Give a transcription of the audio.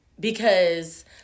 Because-